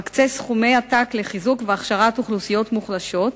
המסחר והתעסוקה מקצה סכומי עתק לחיזוק ולהכשרה של אוכלוסיות מוחלשות,